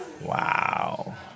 Wow